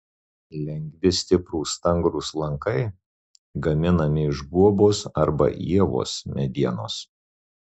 lengvi stiprūs stangrūs lankai gaminami iš guobos arba ievos medienos